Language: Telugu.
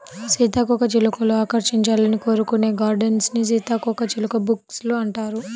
సీతాకోకచిలుకలు ఆకర్షించాలని కోరుకునే గార్డెన్స్ ని సీతాకోకచిలుక బుష్ లు అంటారు